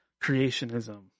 creationism